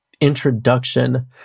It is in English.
introduction